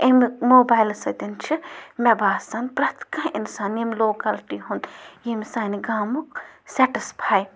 امیُک موبایلہٕ سۭتۍ چھِ مےٚ باسان پرٛٮ۪تھ کانٛہہ اِنسان ییٚمہِ لوٚکَلٹی ہُنٛد ییٚمہِ سانہِ گامُک سٮ۪ٹٕسفاے